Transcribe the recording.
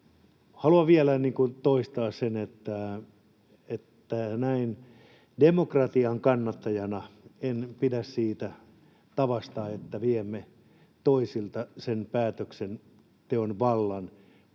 haluan vielä toistaa sen, että näin demokratian kannattajana en pidä siitä tavasta, että viemme toisilta sen päätöksenteon vallan. Kun maailma